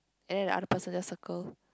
and another person just circle